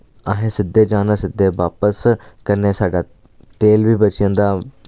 असैं सिद्धे जाना सिद्धे बापस कन्नै साढ़ा तेल बी बची जंदा